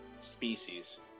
species